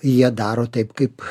jie daro taip kaip